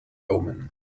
omen